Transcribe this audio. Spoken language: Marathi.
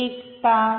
एक तास